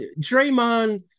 Draymond